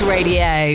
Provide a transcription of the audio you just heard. Radio